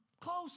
close